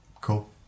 cool